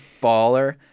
baller